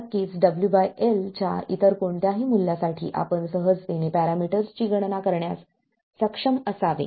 नक्कीच WLच्या इतर कोणत्याही मूल्यांसाठी आपण सहजतेने पॅरामीटर्सची गणना करण्यास सक्षम असावे